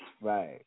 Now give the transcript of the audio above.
Right